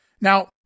Now